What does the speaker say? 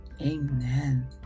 Amen